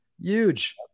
Huge